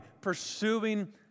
pursuing